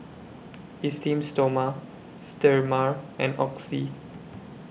Esteem Stoma Sterimar and Oxy